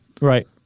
right